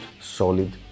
solid